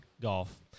golf